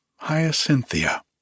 Hyacinthia